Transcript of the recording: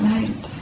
Right